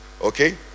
okay